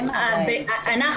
אנחנו